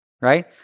Right